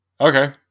okay